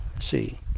see